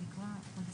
תודה.